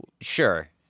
sure